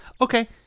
Okay